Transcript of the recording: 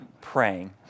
praying